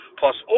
plus